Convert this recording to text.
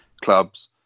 clubs